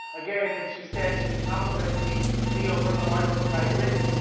again, and she said she was complimenting me on one of the articles i had written.